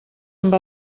amb